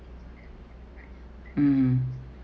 mm mm